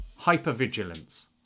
hypervigilance